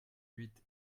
huit